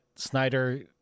snyder